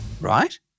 Right